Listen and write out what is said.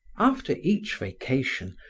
after each vacation,